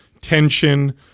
tension